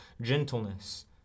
gentleness